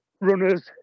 runners